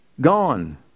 gone